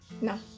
No